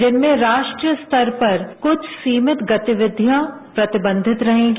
जिनमें राष्ट्र स्तर पर कुछ सीमित गतिविधियां प्रतिबंधित रहेंगी